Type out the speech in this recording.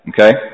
Okay